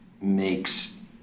makes